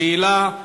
השאלה,